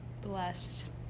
blessed